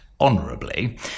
honourably